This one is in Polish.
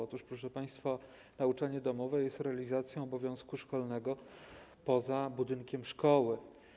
Otóż, proszę państwa, nauczanie domowe jest realizacją obowiązku szkolnego poza budynkiem szkoły.